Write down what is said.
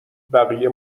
بقیه